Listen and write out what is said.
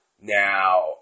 Now